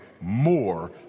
more